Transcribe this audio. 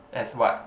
as what